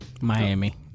Miami